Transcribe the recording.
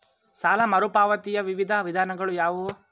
ಸಾಲ ಮರುಪಾವತಿಯ ವಿವಿಧ ವಿಧಾನಗಳು ಯಾವುವು?